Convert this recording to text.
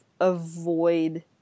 avoid